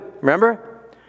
Remember